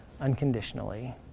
unconditionally